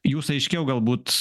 jūs aiškiau galbūt